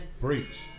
Breach